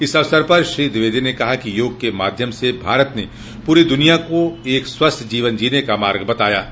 इस अवसर पर श्री द्विवेदी ने कहा कि योग के माध्यम से भारत ने पूरी द्रनिया को एक स्वस्थ जीवन जीने का मार्ग बताया है